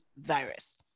virus